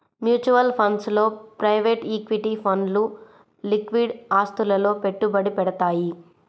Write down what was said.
mutual funds లో private equity ఫండ్లు liquid ఆస్తులలో పెట్టుబడి పెడతయ్యి